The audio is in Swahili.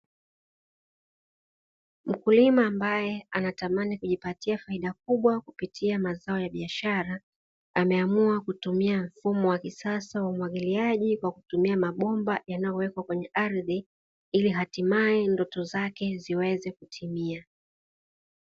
Mkulima ambaye anatamani kujipatia faida kubwa, kupitia mazao ya biashara. Ameamua kutumia mfumo wa kisasa wa umwagiliaji kwa kutumia mabomba yanayowekwa kwenye ardhi, ili hatimaye ndoto zake ziweze kutimia.